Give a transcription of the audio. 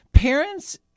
Parents